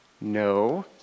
No